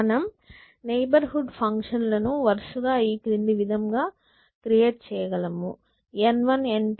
మనం neighbourhood function లను వరుసగా ఈ విధంగా క్రియేట్ చేయగలము N1 N2